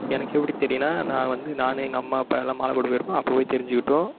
எனக்கு எப்படி தெரியும்னா நான் வந்து நான் எங்கள் அம்மா அப்பா எல்லாம் மாலை போட்டு போயிருக்கோம் அப்போ போய் தெரிஞ்சுக்கிட்டோம்